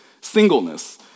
singleness